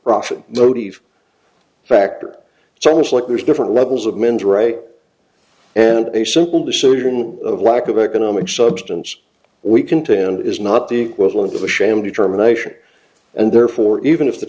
profit factor so much like there's different levels of men's right and a simple decision of lack of economic substance we contend is not the equivalent of a sham determination and therefore even if the